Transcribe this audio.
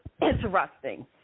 interesting